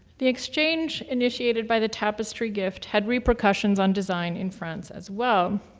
the exchange initiated by the tapestry gift had repercussions on design in france as well.